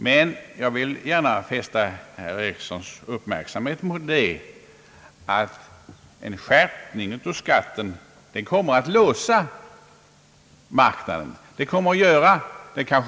Men jag vill fästa herr Erikssons uppmärksamhet på att en skärpning kommer att låsa marknaden dvs. minska utbudet och därigenom motverka sitt eget syfte.